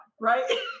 right